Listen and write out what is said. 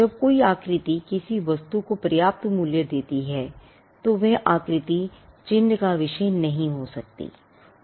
जब कोई आकृति किसी वस्तु को पर्याप्त मूल्य देती है तो वह आकृति चिह्न का विषय नहीं हो सकती है